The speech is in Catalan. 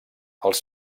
els